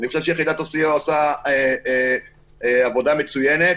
אני חושב שיחידת הסיוע עושה עבודה מצוינת.